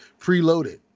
preloaded